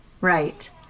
right